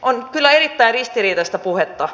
on kyllä erittäin ristiriitaista puhetta